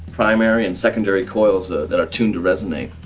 primary and secondary coils that are tuned to resonate.